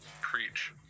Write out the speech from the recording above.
preach